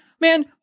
man